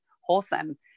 wholesome